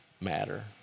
matter